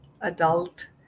adult